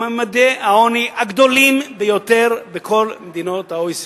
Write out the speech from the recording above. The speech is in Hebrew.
הם ממדי העוני הגדולים ביותר בכל מדינות ה-OECD.